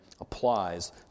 applies